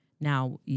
Now